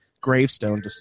gravestone